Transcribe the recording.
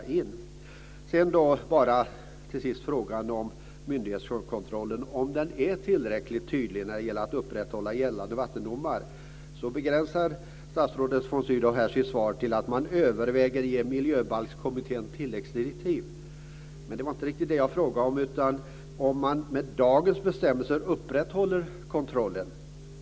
Till sist vill jag ta upp frågan om myndighetskontrollen är tillräcklig när det gäller att upprätthålla gällande vattendomar. Statsrådet begränsar sitt svar till att man överväger att ge Miljöbalkskommittén tilläggsdirektiv, men det var inte riktigt det som jag frågade om. Jag undrade om man upprätthåller kontrollen enligt dagens bestämmelser.